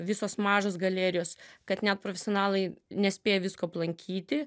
visos mažos galerijos kad net profesionalai nespėja visko aplankyti